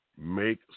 make